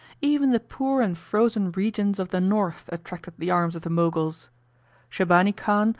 even the poor and frozen regions of the north attracted the arms of the moguls sheibani khan,